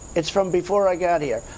it's from before i got here.